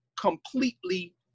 completely